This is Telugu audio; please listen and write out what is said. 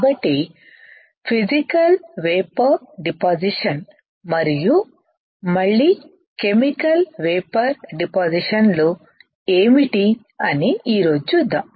కాబట్టి ఫిసికల్ వేపర్ డిపాసిషన్ మరియు మళ్ళీ కెమికల్ వేపర్ డిపాసిషన్ లు ఏమిటి అని ఈ రోజు చూద్దాం